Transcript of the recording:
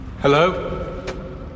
Hello